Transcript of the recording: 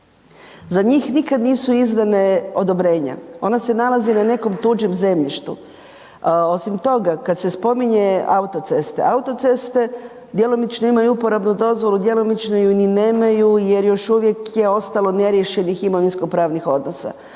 Za njih nikad nisu izdana odobrenja, ona se nalaze na nekom tuđem zemljištu. Osim toga kad se spominje autoceste, autoceste djelomično imaju uporabnu dozvolu, djelomično ju ni nemaju jer još uvijek je ostalo neriješenih imovinsko pravnih odnosa.